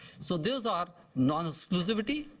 so those are nonexclusivity,